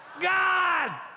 God